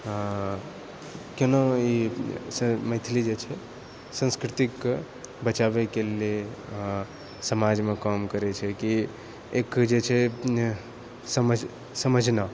केना ई से मैथिली जे छै संस्कृतिकऽ बचाबैके लेऽ समाजमे काम करै छै कि एक जे छै समझ समझना